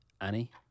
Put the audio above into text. Annie